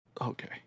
Okay